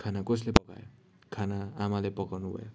खाना कसले पकायो खाना आमाले पकाउनुभयो